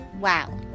Wow